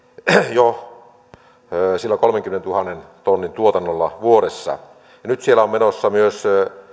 jo sillä kolmenkymmenentuhannen tonnin tuotannolla vuodessa nyt siellä on menossa myös